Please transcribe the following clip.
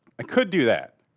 i could do that.